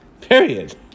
Period